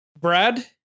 Brad